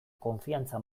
konfiantza